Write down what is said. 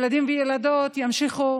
ילדים וילדות ימשיכו